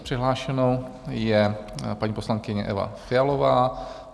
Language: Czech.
Další přihlášenou je paní poslankyně Eva Fialová.